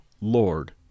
lord